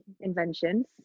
inventions